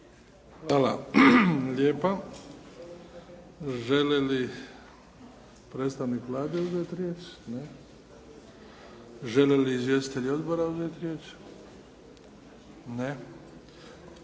Hvala lijepa. Žele li predstavnik Vlade uzeti riječ? Ne. Žele li izvjestitelji odbora uzeti riječ? Ne.